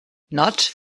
not